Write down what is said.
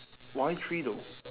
why three though